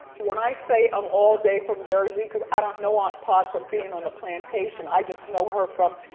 when i say i'm all day from jersey cause i don't know aunt pod from being on the plantation, i just know here from,